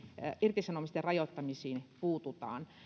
irtisanomisten rajoittamisiin puututaan